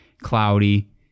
cloudy